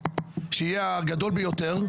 שיהיה הגדול ביותר.